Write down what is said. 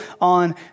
on